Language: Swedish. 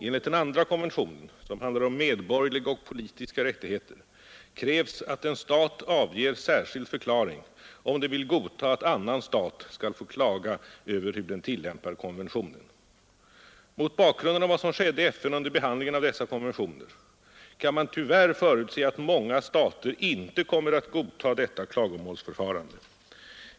Enligt den andra 5 konventionen, som handlar om medborgerliga och politiska rättigheter, krävs att en stat avger särskild förklaring, om den vill godta att annan stat skall få klaga över hur den tillämpar konventionen, Mot bakgrund av vad som skedde i FN under behandlingen av dessa konventioner kan man tyvärr förutse att många stater ej kommer att godta detta klagomålsförfarande.